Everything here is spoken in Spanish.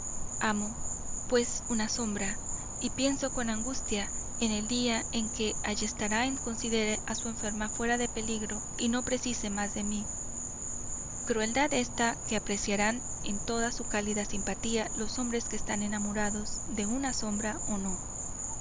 amo pues una sombra y pienso con angustia en el día en que ayestarain considere a su enferma fuera de peligro y no precise más de mí crueldad ésta que apreciarán en toda su cálida simpatía los hombres que están enamorados de una sombra o no